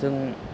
जों